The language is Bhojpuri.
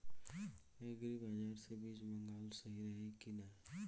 एग्री बाज़ार से बीज मंगावल सही रही की ना?